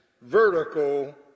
vertical